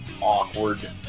awkward